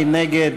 מי נגד?